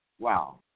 Wow